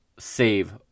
save